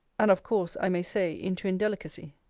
and, of course, i may say, into indelicacy.